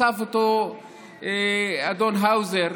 חשף אותו אדון האוזר.